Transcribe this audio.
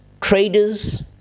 traders